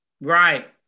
Right